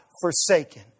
forsaken